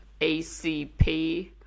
ACP